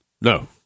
No